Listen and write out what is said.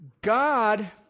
God